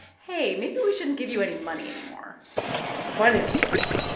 hey, maybe we shouldn't give you any money anymore the financing isn't there.